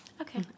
okay